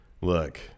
Look